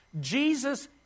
Jesus